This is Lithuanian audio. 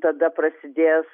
tada prasidės